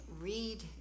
Read